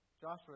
Joshua